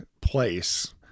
place